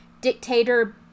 dictator